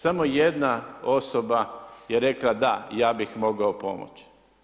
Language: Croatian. Samo jedna osoba je rekla da, ja bih mogao pomoći.